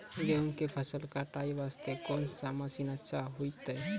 गेहूँ के फसल कटाई वास्ते कोंन मसीन अच्छा होइतै?